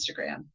instagram